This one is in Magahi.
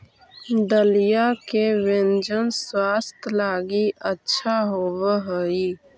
दलिया के व्यंजन स्वास्थ्य लगी अच्छा होवऽ हई